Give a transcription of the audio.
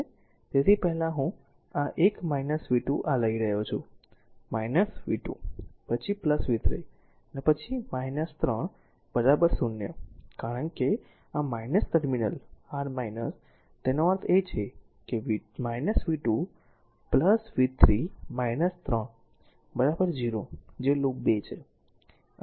તેથી પહેલા હું આ 1 v 2 આ લઈ રહ્યો છું v 2 પછી v 3 અને પછી 3 0 કારણ કે આ ટર્મિનલ r તેનો અર્થ છે v 2 v 3 3 0 જે લૂપ 2 છે